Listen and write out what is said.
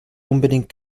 unbedingt